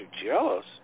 Jealous